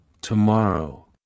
tomorrow